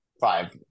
five